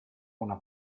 una